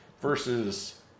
versus